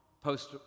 Post